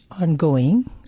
ongoing